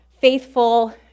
faithful